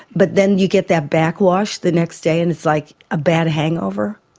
but then you get that back-wash the next day and it's like a bad hangover.